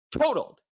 totaled